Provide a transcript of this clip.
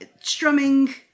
strumming